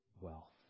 wealth